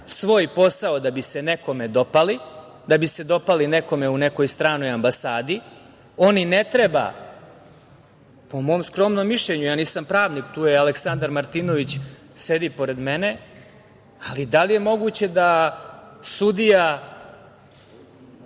svoj posao da bi se nekome dopali, da bi se dopali nekome u nekoj stranoj ambasadi. Oni ne treba, po mom skromnom mišljenju, ja nisam pravnik, tu je Aleksandar Martinović, sedi pored mene, ali da li je moguće da sudija